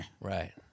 Right